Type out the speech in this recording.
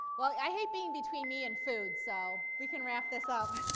well, i hate being between me and food so we can wrap this up.